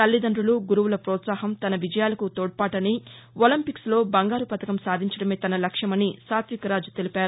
తల్లిదండులు గురువుల ప్రోత్సాహం తన విజయాలకు తోడ్పాటని ఒలింవిక్స్లో బంగారు పతకం సాధించడమే తన లక్ష్యమని సాత్విక్రాజ్ తెలిపారు